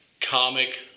comic